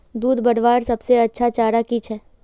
दूध बढ़वार सबसे अच्छा चारा की छे?